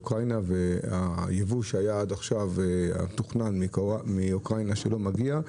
אוקראינה והיבוא המתוכנן מאוקראינה שלא מגיע,